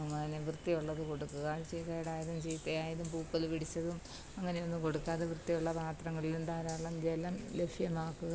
അതിനു വൃത്തിയുള്ളത് കൊടുക്കുക ഇച്ചിരി കേടായതും ചീത്തയായതും പൂപ്പല് പിടിച്ചതും അങ്ങനെയൊന്നും കൊടുക്കാതെ വൃത്തിയുള്ള പാത്രങ്ങളിലും ധാരാളം ജലം ലഭ്യമാക്കുക